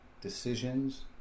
decisions